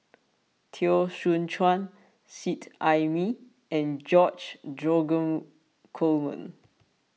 Teo Soon Chuan Seet Ai Mee and George Dromgold Coleman